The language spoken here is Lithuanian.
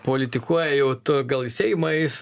politikuoja jau tuoj gal į seimą eis